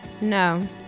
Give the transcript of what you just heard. No